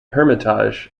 hermitage